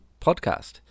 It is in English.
podcast